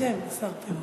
בשם השר פירון.